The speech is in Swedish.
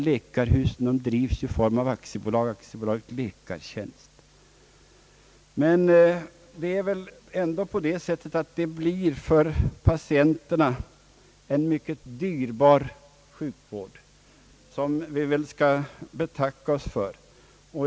Läkarhusen drivs ju i form av aktiebolag, AB Läkartjänst. Det blir väl ändå för patienterna en mycket dyrbar sjukvård, som vi skall betacka oss för.